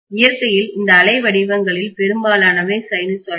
இயற்கையில் இந்த அலை வடிவங்களில் பெரும்பாலானவை சைனூசாய்டல்